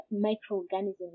microorganisms